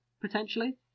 Potentially